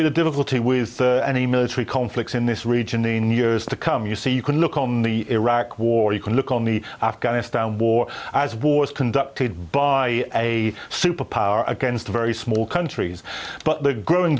be the difficulty with any military conflicts in this region in years to come you see you can look on the iraq war you can look on the afghanistan war as wars conducted by a superpower against a very small countries but the growing